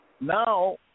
now